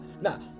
Now